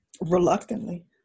reluctantly